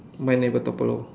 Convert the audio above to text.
mine never topple over